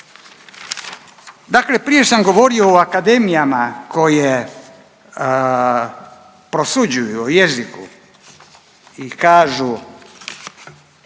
Dakle, prije sam govorio o akademijama koje prosuđuju jeziku i kažu